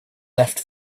left